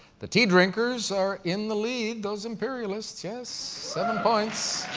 the tea-drinkers are in the lead. those imperialists, yes, seven points,